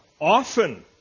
often